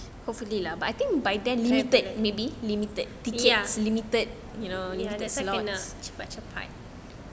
ya that's why cannot cepat-cepat